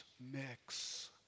mix